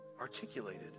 articulated